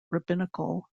rabbinical